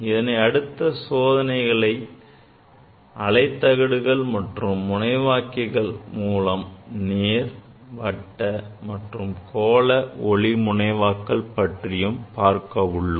இதனை அடுத்த சோதனையில் அலை தகடுகள் மற்றும் முனைவாக்கிகள் மூலம் நேர் வட்ட மற்றும் கோள ஒளி முனைவாக்கல் பற்றிப் பார்க்கப் போகிறோம்